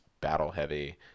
battle-heavy